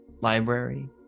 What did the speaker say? library